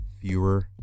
fewer